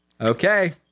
Okay